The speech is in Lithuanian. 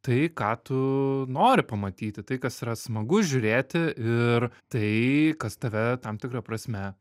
tai ką tu nori pamatyti tai kas yra smagu žiūrėti ir tai kas tave tam tikra prasme